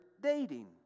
dating